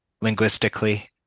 linguistically